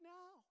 now